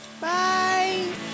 Bye